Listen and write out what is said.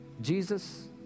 Jesus